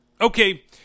Okay